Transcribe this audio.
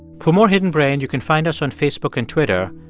for more hidden brain, you can find us on facebook and twitter,